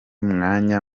mwanya